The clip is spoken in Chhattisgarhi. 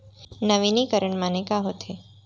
नवीनीकरण माने का होथे?